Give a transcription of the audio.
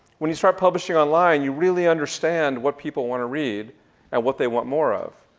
when you start publishing online, you really understand what people wanna read and what they want more of.